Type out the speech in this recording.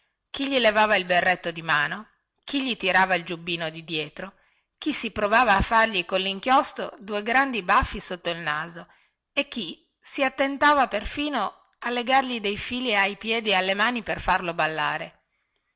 chi gli levava il berretto di mano chi gli tirava il giubbettino di dietro chi si provava a fargli collinchiostro due grandi baffi sotto il naso e chi si attentava perfino a legargli dei fili ai piedi e alle mani per farlo ballare